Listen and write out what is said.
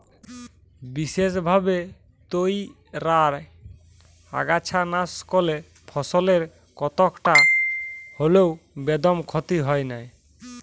বিসেসভাবে তইয়ার আগাছানাসকলে ফসলের কতকটা হল্যেও বেদম ক্ষতি হয় নাই